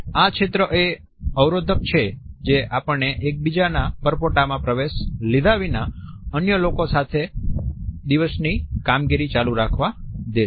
આ ક્ષેત્ર એ અવરોધક છે જે આપણને એકબીજાના પરપોટામાં પ્રવેશ લીધા વિના અન્ય લોકો સાથે દિવસની કામગીરી ચાલુ રાખવા દે છે